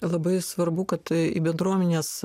labai svarbu kad į bendruomenės